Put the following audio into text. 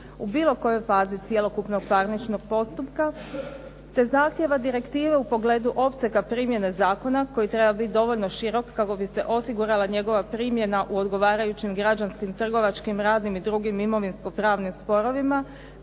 u bilo kojoj fazi cjelokupnog parničnog postupka, te zahtjeva direktive u pogledu opsega primjene zakona koji treba biti dovoljno širok kako bi se osigurala njegova primjena u odgovarajućim građanskim, trgovačkim, radnim i drugim imovinsko pravnim sporovima,